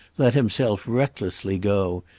let himself recklessly go,